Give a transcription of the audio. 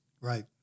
Right